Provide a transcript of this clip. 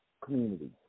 Community